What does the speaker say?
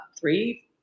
three